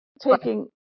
taking